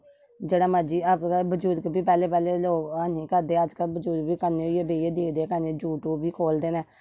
जेहड़ा मर्जी बजुर्ग बी पैहले पैहले है नी करदे ओ अजकल बजुर्ग बी कन्ने होइये बेहिये दिक्खदे कन्नै यूट्यूब बी खोलदे न